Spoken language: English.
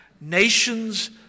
Nations